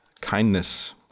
Kindness